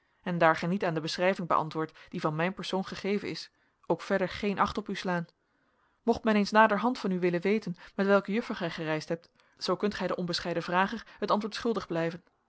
en daar gij niet aan de beschrijving beantwoordt die van mijn persoon gegeven is ook verder geen acht op u slaan mocht men eens naderhand van u willen weten met welke juffer gij gereisd hebt zoo kunt gij den onbescheiden vrager het antwoord schuldig blijven